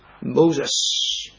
Moses